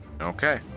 Okay